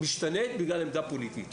משתנה בגלל עמדה פוליטית.